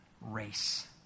race